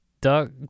Duck